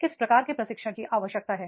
किस प्रकार के प्रशिक्षण की आवश्यकता है